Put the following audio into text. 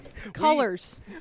Colors